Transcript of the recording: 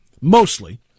mostly